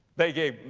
they gave,